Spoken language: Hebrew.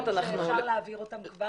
שכבר אפשר להעביר.